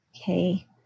Okay